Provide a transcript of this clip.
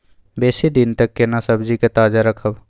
बेसी दिन तक केना सब्जी के ताजा रखब?